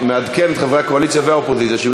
אפשרתי לו חצי דקה בגלל ההפרעות.